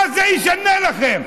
מה זה ישנה לכם?